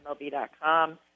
MLB.com